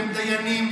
והם דיינים,